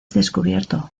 descubierto